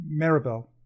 Maribel